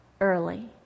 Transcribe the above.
Early